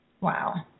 wow